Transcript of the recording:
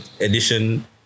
edition